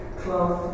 cloth